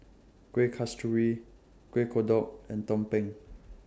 Kueh Kasturi Kueh Kodok and Tumpeng